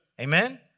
Amen